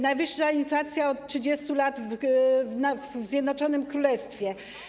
najwyższa inflacja od 30 lat w Zjednoczonym Królestwie.